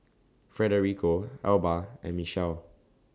Federico Elba and Michele